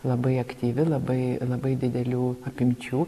labai aktyvi labai labai didelių apimčių